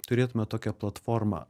turėtume tokią platformą